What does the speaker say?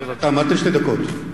אמרת שתי דקות.